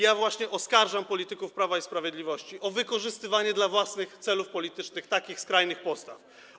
I właśnie oskarżam polityków Prawa i Sprawiedliwości o wykorzystywanie dla własnych celów politycznych takich skrajnych postaw.